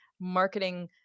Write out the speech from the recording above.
marketing